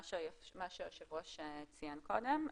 מה שהיושב ראש ציין קודם,